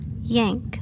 Yank